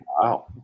Wow